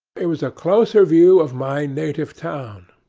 it was a closer view of my native town.